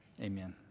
Amen